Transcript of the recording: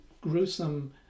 gruesome